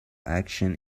action